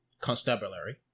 constabulary